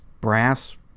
brass